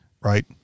Right